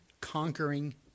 conquering